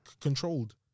controlled